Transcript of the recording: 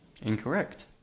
Incorrect